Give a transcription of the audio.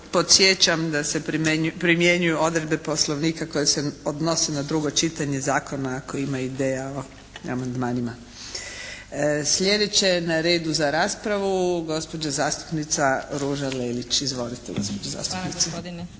podsjećam da se primjenjuju odredbe Poslovnika koje se odnose na drugo čitanje zakona …/Govornik se ne razumije./… i amandmanima. Sljedeće na redu za raspravu, gospođa zastupnica Ruža Lelić. Izvolite gospođo zastupnice.